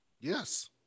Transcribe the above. Yes